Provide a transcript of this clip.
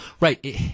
Right